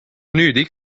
nüüd